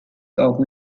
often